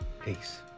Peace